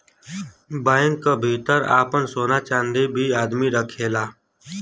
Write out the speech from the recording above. bank क भितर आपन सोना चांदी भी आदमी रखेला